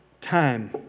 time